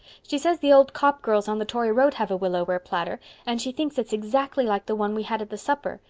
she says the old copp girls on the tory road have a willow-ware platter and she thinks it's exactly like the one we had at the supper.